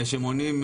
שמונעים,